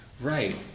Right